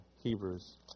Hebrews